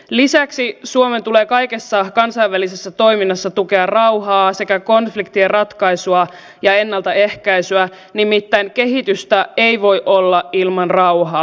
lisäksi suomen tulee kaikessa kansainvälisessä toiminnassa tukea rauhaa sekä konfliktien ratkaisua ja ennaltaehkäisyä nimittäin kehitystä ei voi olla ilman rauhaa